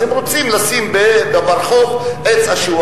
אז הם רוצים לשים ברחוב עץ אשוח,